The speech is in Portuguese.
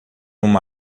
uma